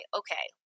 okay